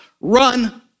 run